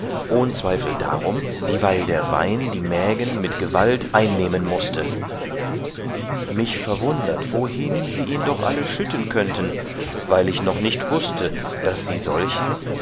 ohn zweifel darum dieweil der wein die mägen mit gewalt einnehmen mußte mich verwundert wohin sie ihn doch alle schütten könnten weil ich noch nicht wußte daß sie solchen